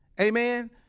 Amen